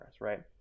right